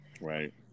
Right